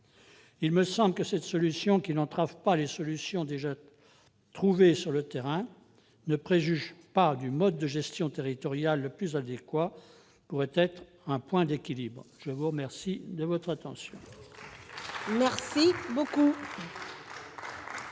Il me semble que cette mesure, qui n'entrave pas les solutions déjà trouvées sur le terrain et ne préjuge pas du mode de gestion territorial le plus adéquat, peut être un point d'équilibre. La parole est à Mme